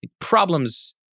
problems